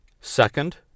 Second